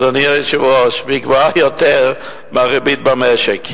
אדוני היושב-ראש, והיא גבוהה יותר מהריבית במשק.